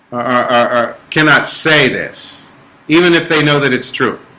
are cannot say this even if they know that it's true